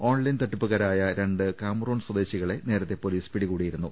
online തട്ടിപ്പുകാരായ രണ്ട് Cameroon സ്വദേശികളെ നേരത്തെ പൊലീസ് പിടികൂടിയിരുന്നു